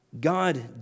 God